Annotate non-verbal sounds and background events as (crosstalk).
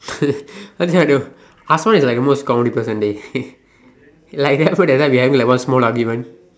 (laughs) I have no idea Hazwan is like the most comedic person dey (laughs) like that remember that time we have one small argument